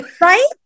Right